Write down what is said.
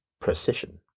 precision